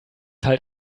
halt